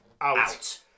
out